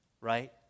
right